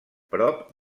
prop